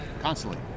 constantly